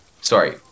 Sorry